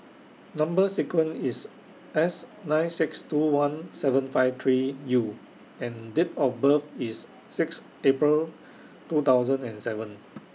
Number sequence IS S nine six two one seven five three U and Date of birth IS six April two thousand and seven